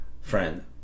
friend